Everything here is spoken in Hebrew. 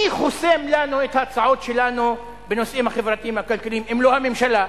מי חוסם לנו את ההצעות שלנו בנושאים החברתיים הכלכליים אם לא הממשלה?